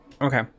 Okay